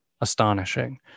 astonishing